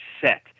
set